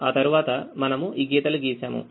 ఆ తర్వాత మనము ఈ గీతలు గీశాము